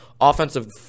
offensive